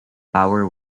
power